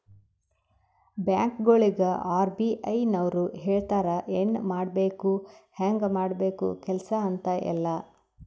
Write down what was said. ಬ್ಯಾಂಕ್ಗೊಳಿಗ್ ಆರ್.ಬಿ.ಐ ನವ್ರು ಹೇಳ್ತಾರ ಎನ್ ಮಾಡ್ಬೇಕು ಹ್ಯಾಂಗ್ ಮಾಡ್ಬೇಕು ಕೆಲ್ಸಾ ಅಂತ್ ಎಲ್ಲಾ